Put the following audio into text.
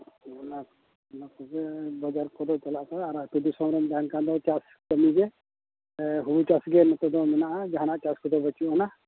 ᱚᱱᱟ ᱚᱱᱟ ᱠᱚᱜᱮ ᱵᱟᱡᱟᱨ ᱠᱚᱫᱚ ᱪᱟᱞᱟᱜ ᱠᱟᱱᱟ ᱟᱨ ᱟᱹᱛᱩ ᱫᱤᱥᱚᱢ ᱨᱮᱱ ᱛᱟᱦᱮᱱ ᱠᱷᱟᱱ ᱫᱚ ᱪᱟᱥ ᱠᱟᱹᱢᱤ ᱜᱮ ᱮ ᱦᱩᱲᱩ ᱪᱟᱥ ᱜᱮ ᱱᱚᱛᱮ ᱫᱚ ᱢᱮᱱᱟᱜᱼᱟ ᱡᱟᱦᱟᱱᱟᱜ ᱪᱟᱥ ᱠᱚᱫᱚ ᱵᱟᱹᱪᱩᱜ ᱟᱱᱟ